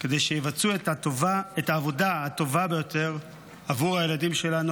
כדי שיבצעו את העבודה הטובה ביותר עבור הילדים שלנו,